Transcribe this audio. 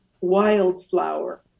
wildflower